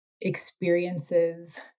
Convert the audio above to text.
experiences